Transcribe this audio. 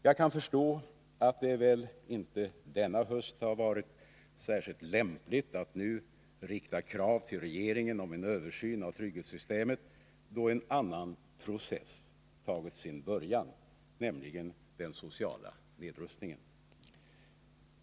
Jag kan förstå att det inte denna höst har varit särskilt lämpligt att rikta krav till regeringen om en översyn av trygghetssystemet, då en annan process tagit sin början, nämligen den sociala nedrustningen.